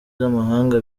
z’amahanga